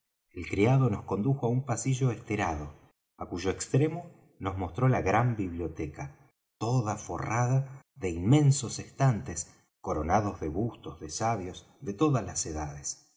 el criado nos condujo á un pasillo esterado á cuyo extremo nos mostró la gran biblioteca toda forrada de inmensos estantes coronados de bustos de sabios de todas las edades